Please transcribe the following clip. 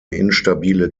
instabile